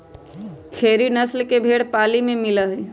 खेरी नस्ल के भेंड़ पाली में मिला हई